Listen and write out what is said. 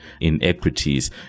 inequities